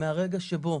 מהרגע שבו